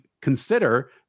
consider